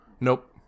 nope